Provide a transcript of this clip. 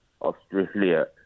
Australia